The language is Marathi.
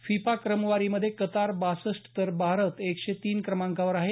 फीफा क्रमवारीमध्ये कतार बासष्ट तर भारत एकशे तिन क्रमांकावर आहे